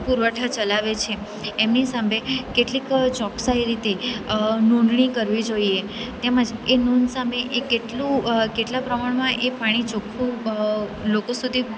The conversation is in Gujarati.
પુરવઠા ચલાવે છે એમની સામે કેટલીક ચોક્સાઈ રીતે નોંધણી કરવી જોઈએ તેમજ એ નોંધ સામે કેટલું કેટલા પ્રમાણમાં એ પાણી ચોખ્ખું લોકો સુધી